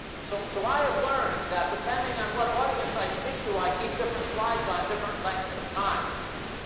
so so i have learned that depending on what audience i speak to, i keep different slides on different lengths of time.